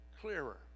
clearer